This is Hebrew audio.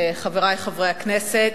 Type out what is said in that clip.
חברי חברי הכנסת,